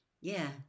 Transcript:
Yeah